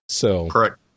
Correct